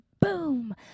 boom